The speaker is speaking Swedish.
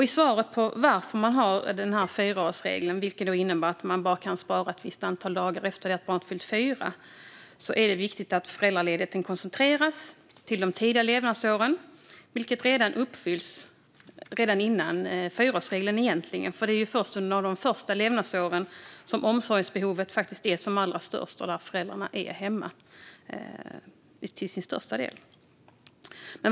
I svaret på varför man har denna fyraårsregel, som innebär att det bara går att spara ett visst antal dagar efter att barnet fyllt fyra, sägs det att det är viktigt att föräldraledigheten koncentreras till de tidiga levnadsåren. Detta uppfylls dock egentligen redan innan fyraårsregeln börjar gälla - det är ju under de första levnadsåren som omsorgsbehovet är som allra störst, och det är då föräldrarna är hemma till största delen.